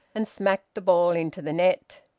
and smacked the ball into the net.